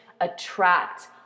attract